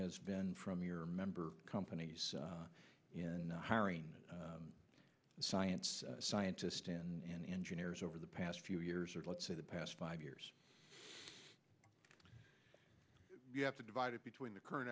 has been from your member companies in hiring science scientists and engineers over the past few years or let's say the past five years you have to divide it between the current